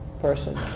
person